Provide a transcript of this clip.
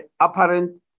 apparent